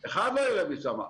משם, אחד לא ירד משם.